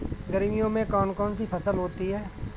गर्मियों में कौन कौन सी फसल होती है?